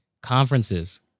Conferences